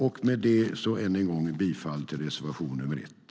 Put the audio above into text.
Med detta vill jag än en gång yrka bifall till reservation 1.